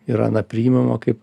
ir na priimama kaip